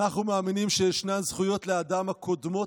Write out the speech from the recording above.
אנחנו מאמינים שישנן זכויות לאדם הקודמות